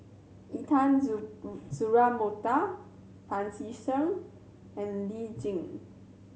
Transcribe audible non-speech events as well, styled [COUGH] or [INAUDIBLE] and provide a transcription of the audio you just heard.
Intan [UNINTELLIGIBLE] Mokhtar Pancy Seng and Lee Tjin